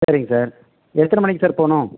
சரிங்க சார் எத்தனை மணிக்கு சார் போகணும்